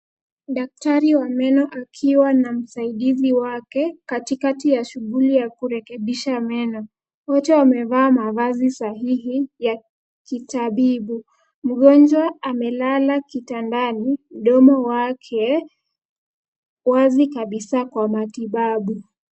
Daktari wa meno akiwa na msaidizi wake, katikati ya shughuli ya kurekebisha meno. Wote wamevaa mavazi sahihi ya kitabibu. Mgonjwa amelala kitandani mdomo wake wazi kabisa kwa matibabu.